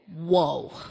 whoa